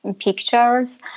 pictures